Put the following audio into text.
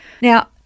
Now